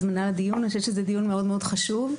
דיון מאוד מאוד חשוב.